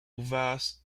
vast